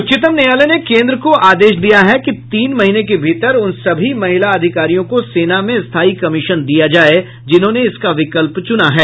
उच्चतम न्यायालय ने केन्द्र को आदेश दिया है कि तीन महीने के भीतर उन सभी महिला अधिकारियों को सेना में स्थाई कमीशन दिया जाए जिन्होंने इसका विकल्प चुना है